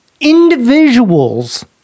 individuals